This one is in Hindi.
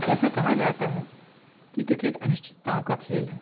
ऐसा कहा जाता है कि क्रिकेट अनिश्चित्ताओं का खेल है